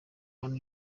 hano